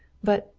but,